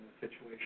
situation